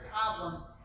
problems